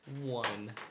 One